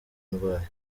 ndwaye